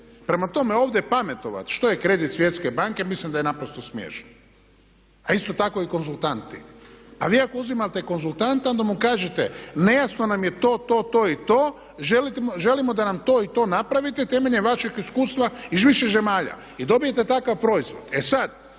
Prema tome, ovdje pametovati što je kredit Svjetske banke mislim da je naprosto smiješno. A isto tako i konzultanti. A vi ako uzimate konzultanta onda mu kažete nejasno nam je to, to, to i to, želimo da nam to i to napravite temeljem vašeg iskustva iz više zemalja. I dobijete takav proizvod. E sad